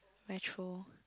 retro